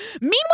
Meanwhile